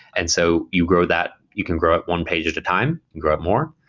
and so you grow that. you can grow up one page at a time. grow up more.